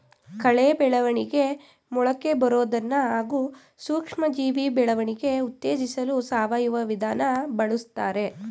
ಕಳೆ ಬೆಳವಣಿಗೆ ಮೊಳಕೆಬರೋದನ್ನ ಹಾಗೂ ಸೂಕ್ಷ್ಮಜೀವಿ ಬೆಳವಣಿಗೆ ಉತ್ತೇಜಿಸಲು ಸಾವಯವ ವಿಧಾನ ಬಳುಸ್ತಾರೆ